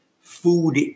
food